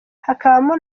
hakabamo